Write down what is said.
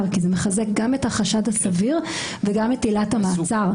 כי זה מחזק גם את החשד הסביר וגם את עילת המעצר.